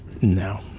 no